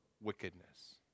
wickedness